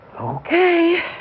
Okay